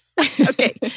Okay